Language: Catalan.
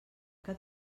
que